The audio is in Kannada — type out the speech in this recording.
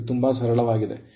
ಇದು ತುಂಬಾ ಸರಳವಾಗಿದೆ